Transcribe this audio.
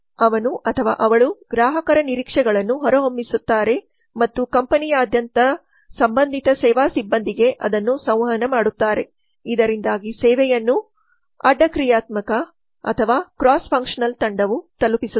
ಅವನು ಅಥವಾ ಅವಳು ಗ್ರಾಹಕರ ನಿರೀಕ್ಷೆಗಳನ್ನು ಹೊರಹೊಮ್ಮಿಸುತ್ತಾರೆ ಮತ್ತು ಕಂಪನಿಯಾದ್ಯಂತದ ಸಂಬಂಧಿತ ಸೇವಾ ಸಿಬ್ಬಂದಿಗೆ ಅದನ್ನು ಸಂವಹನ ಮಾಡುತ್ತಾರೆ ಇದರಿಂದಾಗಿ ಸೇವೆಯನ್ನು ಅಡ್ಡ ಕ್ರಿಯಾತ್ಮಕಕ್ರಾಸ್ ಫುನ್ಕ್ಷನಲ್ ತಂಡವು ತಲುಪಿಸುತ್ತದೆ